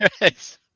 right